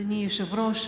אדוני היושב-ראש,